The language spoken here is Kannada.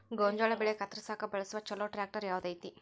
ಗೋಂಜಾಳ ಬೆಳೆ ಕತ್ರಸಾಕ್ ಬಳಸುವ ಛಲೋ ಟ್ರ್ಯಾಕ್ಟರ್ ಯಾವ್ದ್ ಐತಿ?